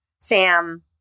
Sam